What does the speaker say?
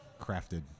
crafted